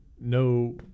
no